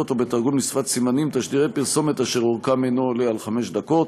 או בתרגום לשפת סימנים תשדירי פרסומת אשר אורכם אינו עולה על חמש דקות.